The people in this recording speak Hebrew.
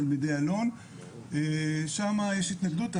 של תלמידי אלון-שם יש התנגדות.